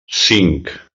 cinc